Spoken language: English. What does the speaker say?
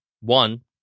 one